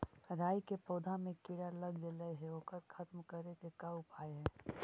राई के पौधा में किड़ा लग गेले हे ओकर खत्म करे के का उपाय है?